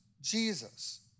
Jesus